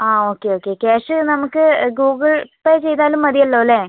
ആ okay okay cash നമുക്ക് Google Pay ചെയ്താലും മതിയല്ലോ അല്ലേ